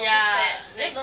yeah they